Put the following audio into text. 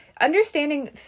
understanding